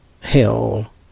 hell